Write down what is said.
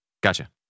Gotcha